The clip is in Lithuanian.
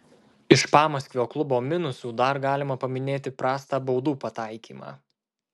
iš pamaskvio klubo minusų dar galima paminėti prastą baudų pataikymą